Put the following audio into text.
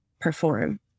perform